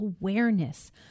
awareness